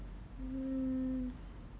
mm